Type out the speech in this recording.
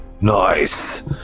Nice